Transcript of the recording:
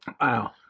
wow